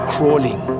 Crawling